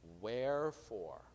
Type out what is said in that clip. Wherefore